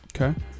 Okay